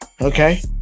okay